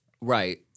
Right